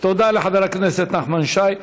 לחבר הכנסת נחמן שי.